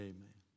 Amen